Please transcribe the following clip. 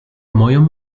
moją